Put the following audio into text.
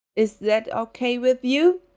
is that okay with you?